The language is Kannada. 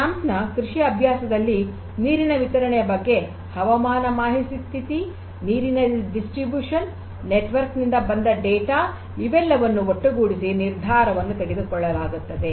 ಸ್ವಾಂಪ್ ನ ಕೃಷಿಯ ಅಭ್ಯಾಸದಲ್ಲಿ ನೀರಿನ ವಿತರಣೆಯ ಬಗ್ಗೆ ಹವಾಮಾನ ಮಾಹಿತಿ ಸ್ಥಿತಿ ನೀರಿನವಿತರಣೆ ನೆಟ್ ವರ್ಕ್ ದಿಂದ ಬಂದ ಡೇಟಾ ಇವೆಲ್ಲವನ್ನೂ ಒಟ್ಟುಗೂಡಿಸಿ ನಿರ್ಧಾರವನ್ನು ತೆಗೆದುಕೊಳ್ಳಲಾಗುತ್ತದೆ